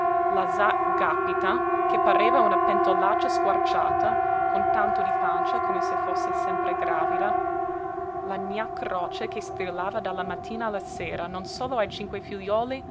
z'a gàpita che pareva una pentolaccia squarciata con tanto di pancia come se fosse sempre gravida la gna croce che strillava dalla mattina alla sera non solo ai cinque figliuoli